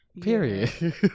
Period